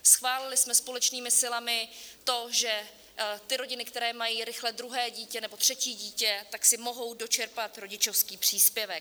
Schválili jsme společnými silami to, že rodiny, které mají rychle druhé dítě nebo třetí dítě, si mohou dočerpat rodičovský příspěvek.